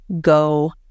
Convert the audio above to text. Go